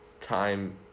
Time